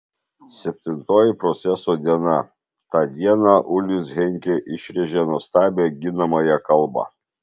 septintoji proceso diena tą dieną ulis henkė išrėžė nuostabią ginamąją kalbą